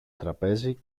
τραπέζι